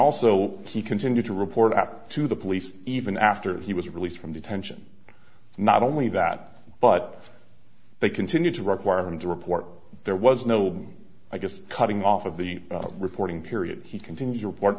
also he continued to report after to the police even after he was released from detention not only that but they continued to require them to report there was no i guess cutting off of the reporting period he continued to report